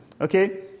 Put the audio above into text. Okay